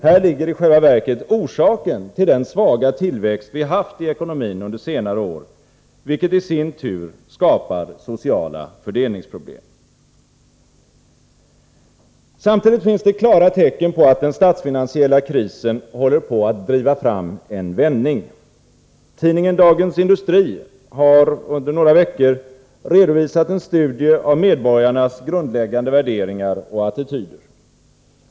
Här ligger i själva verket orsaken till den svaga tillväxt vi haft i ekonomin under senare år, vilket i sin tur skapar sociala fördelningsproblem. Samtidigt finns det klara tecken på att den statsfinansiella krisen håller på att driva fram en vändning. Tidningen Dagens Industri har under några veckor redovisat en studie av medborgarnas grundläggande värderingar och attityder.